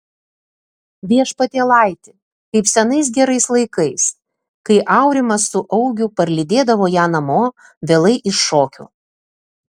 viešpatėlaiti kaip senais gerais laikais kai aurimas su augiu parlydėdavo ją namo vėlai iš šokių